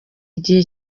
igihe